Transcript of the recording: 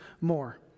more